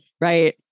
right